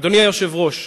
אדוני היושב-ראש,